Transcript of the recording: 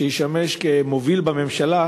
לשמש כמוביל בממשלה,